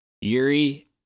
Yuri